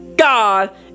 God